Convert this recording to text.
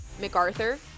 MacArthur